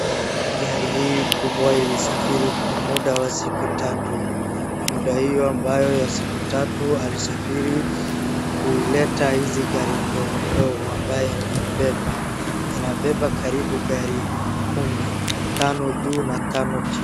Gari hii kubwa ilisafiri kwa muda wa siku tatu muda hiyo ya siku tatu alisafiri kuileta hizi gari ndogo ndogo ambaye imeibeba inabeba karibu gari kumi tano juu na tano chini.